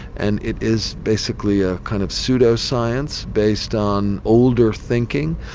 and it is basically a kind of pseudo-science based on older thinking.